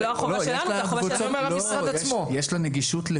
זו לא החובה שלנו --- יש לה נגישות לקבוצת תלמידים.